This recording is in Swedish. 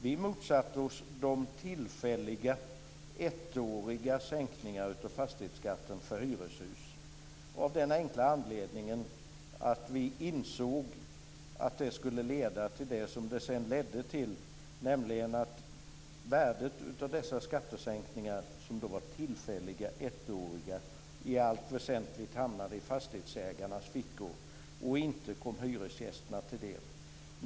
Vi motsatte oss de tillfälliga ettåriga sänkningarna av fastighetsskatten för hyreshus av den enkla anledningen att vi insåg att detta skulle leda till det som det sedan ledde till, nämligen att värdet av dessa tillfälliga ettåriga skattesänkningar i allt väsentligt hamnade i fastighetsägarnas fickor och inte kom hyresgästerna till del.